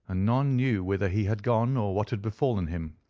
and none knew whither he had gone or what had befallen him.